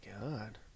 God